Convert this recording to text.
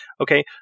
Okay